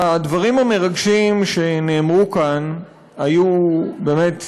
הדברים המרגשים שנאמרו כאן היו באמת,